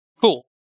Cool